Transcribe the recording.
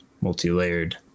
multi-layered